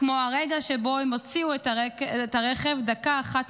כמו הרגע שבו הם הוציאו את הרכב דקה אחת